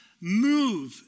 move